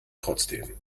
trotzdem